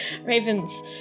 Raven's